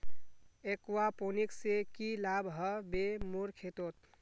aquaponics से की लाभ ह बे मोर खेतोंत